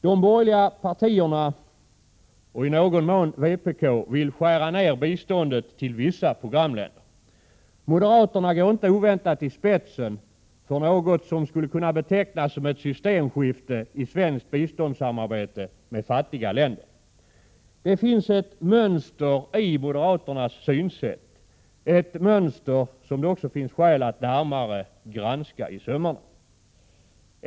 De borgerliga partierna, och i någon mån vpk, vill skära ned biståndet till vissa programländer. Moderaterna går inte oväntat i spetsen för något som skulle kunna betecknas som ett systemskifte i svenskt biståndssamarbete med fattiga länder. Det finns ett mönster i moderaternas synsätt, ett mönster som det också finns skäl att närmare granska i sömmarna.